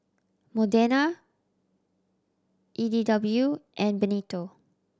Modena E D W and Benito